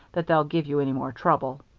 that they'll give you any more trouble.